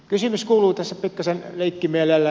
kysymys kuuluu tässä pikkasen leikkimielellä